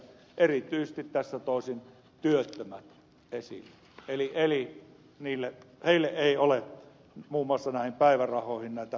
erityisesti tässä toisin esiin työttömät eli heille ei ole muun muassa päivärahoihin korotusesityksiä tuotu